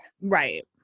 Right